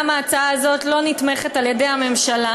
גם ההצעה הזאת לא נתמכת על-ידי הממשלה.